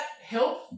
help